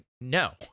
no